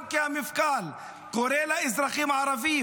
גם כשהמפכ"ל קורא לאזרחים הערבים,